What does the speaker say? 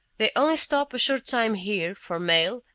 they only stop a short time here, for mail,